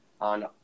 on